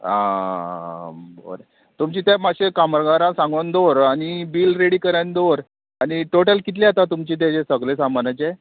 आ बरें तुमचें तें मातशें कामरगारां सांगून दवर आनी बील रेडी करन दवर आनी टोटल कितलें येता तुमचें तेजें सगलें सामानाचें